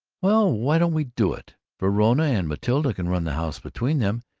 well, why don't we do it? verona and matilda can run the house between them,